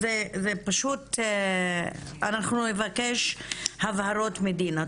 אנחנו נבקש הבהרות מדינה.